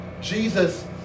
Jesus